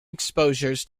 exposures